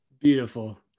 Beautiful